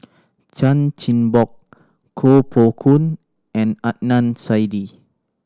Chan Chin Bock Koh Poh Koon and Adnan Saidi